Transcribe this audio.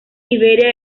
iberia